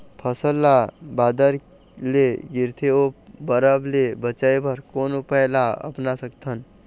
फसल ला बादर ले गिरथे ओ बरफ ले बचाए बर कोन उपाय ला अपना सकथन?